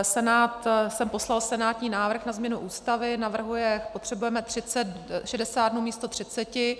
Senát sem poslal senátní návrh na změnu Ústavy, navrhuje potřebujeme šedesát dnů místo třiceti.